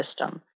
system